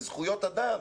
לזכויות אדם,